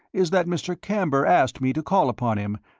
is that mr. camber asked me to call upon him,